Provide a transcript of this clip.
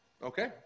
Okay